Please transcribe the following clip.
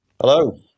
Hello